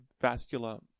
vascular